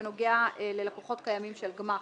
בנוגע ללקוחות קיימים של גמ"חים.